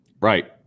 Right